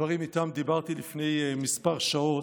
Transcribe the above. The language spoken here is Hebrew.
בדברים שעליהם דיברתי לפני כמה שעות.